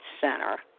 center